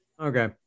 Okay